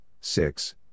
six